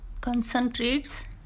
concentrates